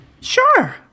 Sure